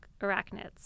arachnids